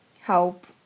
help